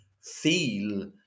feel